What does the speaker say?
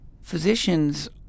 physicians